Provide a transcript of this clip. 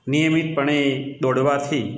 નિયમિત પણે દોડવાથી